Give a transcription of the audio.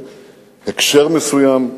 של הקשר מסוים,